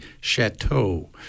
Chateau